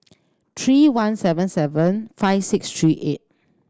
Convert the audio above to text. three one seven seven five six three eight